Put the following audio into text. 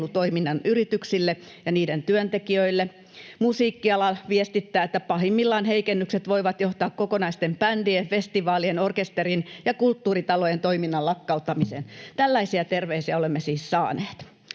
urheilutoiminnan yrityksille ja niiden työntekijöille. Musiikkiala viestittää, että pahimmillaan heikennykset voivat johtaa kokonaisten bändien, festivaalien, orkesterien ja kulttuuritalojen toiminnan lakkauttamiseen — tällaisia terveisiä olemme siis saaneet.